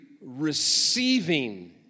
receiving